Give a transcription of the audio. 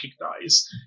recognize